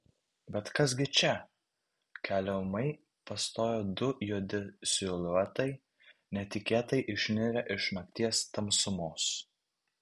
bet kas gi čia kelią ūmai pastojo du juodi siluetai netikėtai išnirę iš nakties tamsumos